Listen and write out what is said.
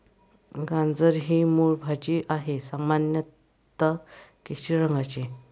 गाजर ही मूळ भाजी आहे, सामान्यत केशरी रंगाची